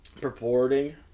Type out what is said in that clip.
purporting